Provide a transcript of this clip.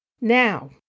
Now